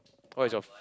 what is your